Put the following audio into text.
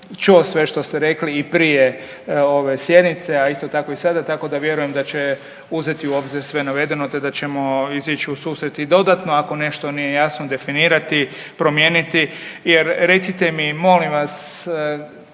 čuo sve što ste rekli i prije ove sjednice, a isto tako i sada tako da vjerujem da će uzeti u obzir sve navedeno te da ćemo izići u susret i dodatno ako nešto nije jasno definirati, promijeniti jer recite mi molim vas